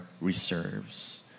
reserves